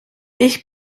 ich